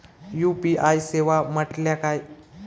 UPI सेवा म्हटल्या काय?